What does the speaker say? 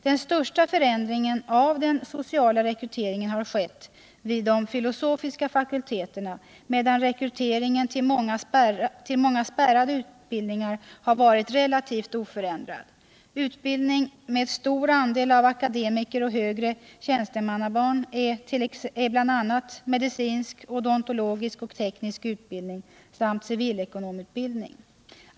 Den största förändringen av den sociala rekryteringen har skett vid de filosofiska fakulteterna, medan rekryteringen till många spärrade utbildningar har varit relativt oförändrad. Utbildning med stor andel av akademikeroch högre tjänstemannabarn är bl.a. medicinsk, odontologisk och teknisk utbildning samt civilekonomutbildning.